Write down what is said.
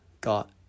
got